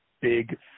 big